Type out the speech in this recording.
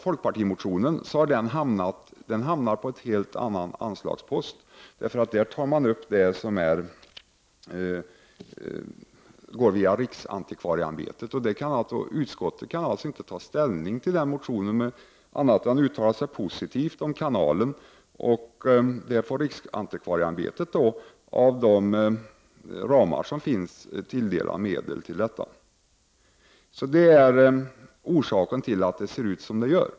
Folkpartimotionen hamnar på en helt annan anslagspost, eftersom man i den tar upp sådant som handläggs av riksantikvarieämbetet. Utskottet kan alltså inte ta ställning till den motionen på annat sätt än genom att uttala sig positivt om kanalen. Det är en uppgift för riksantikvarieämbetet att inom de ramar som står till förfogande tilldela medel till detta ändamål. Detta är orsaken till att det ser ut som det gör.